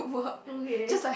okay